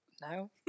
No